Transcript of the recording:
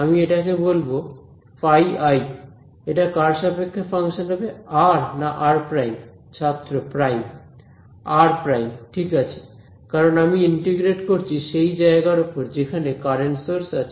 আমি এটাকে বলবো φi এটা কার সাপেক্ষে ফাংশন হবে r না r ছাত্র প্রাইম r ঠিক আছে কারণ আমি ইন্টিগ্রেট করছি সেই জায়গার উপরে যেখানে কারেন্ট সোর্স আছে